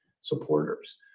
supporters